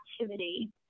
activity